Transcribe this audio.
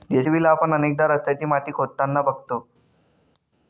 JCB ला आपण अनेकदा रस्त्याची माती खोदताना बघतो